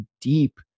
deep